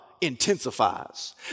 intensifies